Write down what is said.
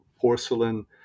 porcelain